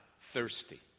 thirsty